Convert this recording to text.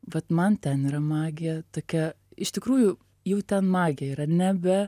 vat man ten yra magija tokia iš tikrųjų jau ten magija yra nebe